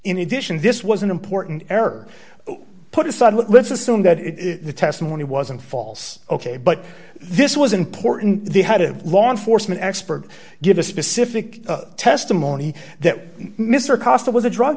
in addition this was an important error put aside what let's assume that the testimony wasn't false ok but this was important they had a law enforcement expert give a specific testimony that mr costin was a drug